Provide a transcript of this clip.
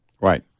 Right